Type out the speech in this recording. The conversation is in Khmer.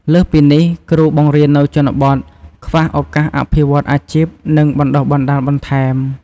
លើសពីនេះ គ្រូបង្រៀននៅជនបទ ខ្វះឱកាសអភិវឌ្ឍអាជីព និងបណ្តុះបណ្តាលបន្ថែម។